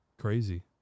Crazy